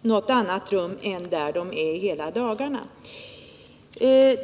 något annat rum än där de är hela dagarna.